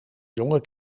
jonge